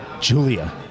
Julia